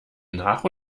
nach